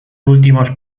últimos